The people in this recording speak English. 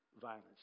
violence